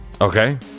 Okay